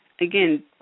again